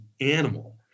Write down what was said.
animal